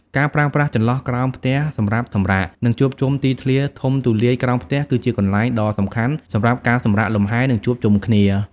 ការប្រើប្រាស់ចន្លោះក្រោមផ្ទះសម្រាប់សម្រាក និងជួបជុំទីធ្លាធំទូលាយក្រោមផ្ទះ គឺជាកន្លែងដ៏សំខាន់សម្រាប់ការសម្រាកលំហែ និងជួបជុំគ្នា ។